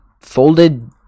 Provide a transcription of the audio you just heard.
folded